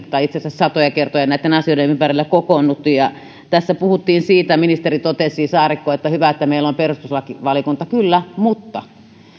tai itse asiassa satoja kertoja näitten asioiden ympärillä kokoontuneet ja tässä puhuttiin siitä ja ministeri saarikko totesi että on hyvä että meillä on perustuslakivaliokunta kyllä mutta